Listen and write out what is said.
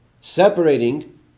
separating